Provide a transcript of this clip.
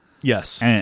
Yes